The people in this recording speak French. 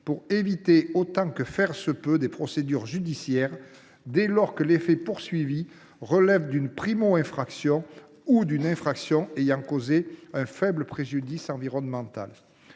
d’éviter autant que faire se peut des procédures judiciaires dès lors que les faits poursuivis relèvent d’une primo infraction ou d’une infraction ayant causé un faible préjudice environnemental.